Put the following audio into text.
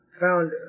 found